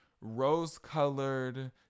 rose-colored